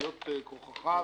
בשאריות כוחך,